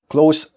Close